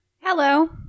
Hello